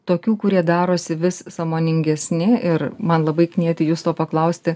tokių kurie darosi vis sąmoningesni ir man labai knieti justo paklausti